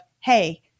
Hey